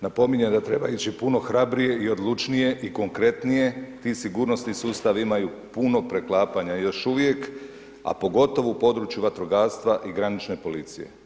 Napominjem da treba ići puno hrabrije i odlučnije i konkretnije, ti sigurnosni sustavi imaju puno preklapanja još uvijek, a pogotovo u području vatrogastva i granične policije.